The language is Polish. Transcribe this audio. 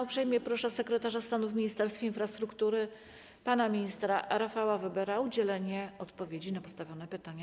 Uprzejmie proszę sekretarza stanu w Ministerstwie Infrastruktury pana ministra Rafała Webera o udzielenie odpowiedzi na postawione pytania.